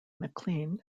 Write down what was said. maclean